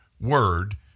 word